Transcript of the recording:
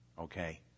okay